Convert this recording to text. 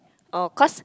oh cause